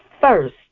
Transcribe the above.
first